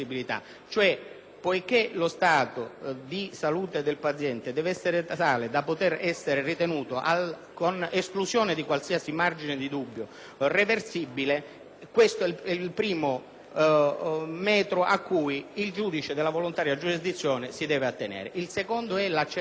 poiché lo stato di salute del paziente deve essere tale da poter essere ritenuto irreversibile con esclusione di qualsiasi margine di dubbio, questo è il primo metro a cui il giudice della volontaria giurisdizione si deve attenere. Il secondo è l'accertamento